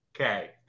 Okay